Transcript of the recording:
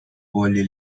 poorly